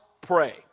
pray